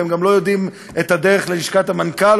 והם גם לא יודעים את הדרך ללשכת המנכ"ל,